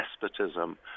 despotism